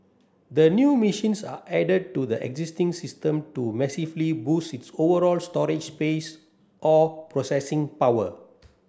the new machines are added to the existing system to massively boost its overall storage space or processing power